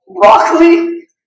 broccoli